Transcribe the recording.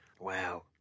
Wow